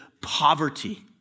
poverty